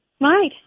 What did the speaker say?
Right